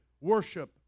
worship